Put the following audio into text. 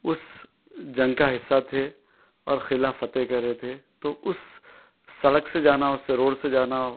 اس جنگ کا حصہ تھے اور قلعہ فتح کرے تھے تو اس سڑک سے جانا اس روڈ سے جانا